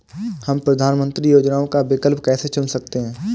हम प्रधानमंत्री योजनाओं का विकल्प कैसे चुन सकते हैं?